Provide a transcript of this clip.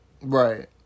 Right